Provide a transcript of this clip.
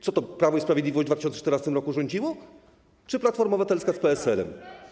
Co to Prawo i Sprawiedliwość w 2014 r. rządziło czy Platforma Obywatelska z PSL?